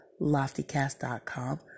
LoftyCast.com